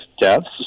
deaths